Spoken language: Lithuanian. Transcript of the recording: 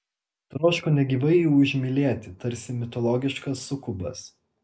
troško negyvai jį užmylėti tarsi mitologiškas sukubas